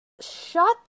Shut